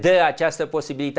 they are just supposed to be